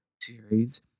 series